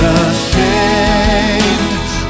ashamed